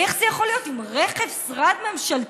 איך זה יכול להיות עם רכב שרד ממשלתי,